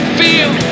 feel